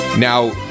Now